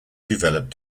developed